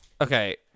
Okay